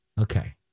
Okay